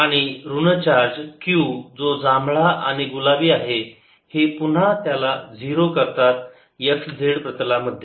आणि ऋण charge q जो जांभळा आणि गुलाबी आहे हे पुन्हा त्याला 0 करतात x z प्रतलामध्ये